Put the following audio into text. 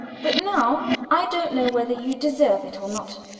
but now i don't know whether you deserve it or not.